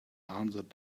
answered